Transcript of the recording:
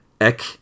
ek